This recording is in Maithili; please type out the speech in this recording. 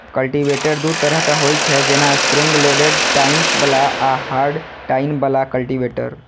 कल्टीवेटर दू तरहक होइ छै, जेना स्प्रिंग लोडेड टाइन्स बला आ हार्ड टाइन बला कल्टीवेटर